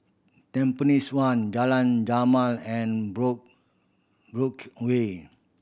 Tampines One Jalan Jamal and Brooke away